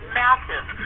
massive